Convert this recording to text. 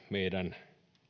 meidän